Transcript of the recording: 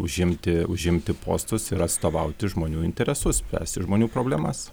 užimti užimti postus ir atstovauti žmonių interesus spręsti žmonių problemas